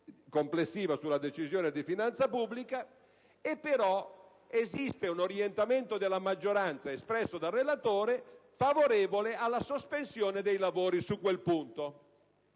complessiva sulla Decisione di finanza pubblica. Esiste però un orientamento della maggioranza, espresso dal relatore, favorevole alla sospensione dei lavori su quel punto.